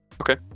Okay